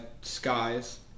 Skies